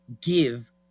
give